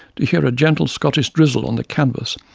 to hear a gentle scottish drizzle on the canvas,